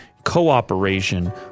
cooperation